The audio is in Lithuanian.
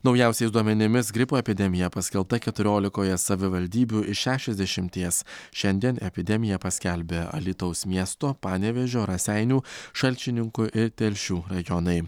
naujausiais duomenimis gripo epidemija paskelbta keturiolikoje savivaldybių iš šešiasdešimties šiandien epidemiją paskelbė alytaus miesto panevėžio raseinių šalčininkų ir telšių rajonai